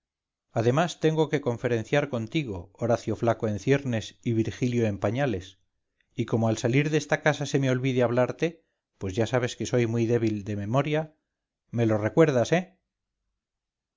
además tengo que conferenciar contigo horacio flacco en ciernes y virgilio en pañales y como al salir de esta casa se me olvide hablarte pues ya sabes que soy muy débil de memoria me lo recuerdas eh